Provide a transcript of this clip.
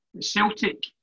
Celtic